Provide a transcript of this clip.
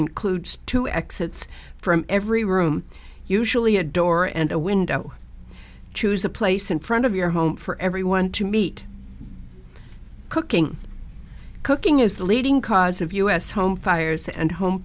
includes two exits from every room usually a door and a window choose a place in front of your home for everyone to meet cooking cooking is the leading cause of us home fires and home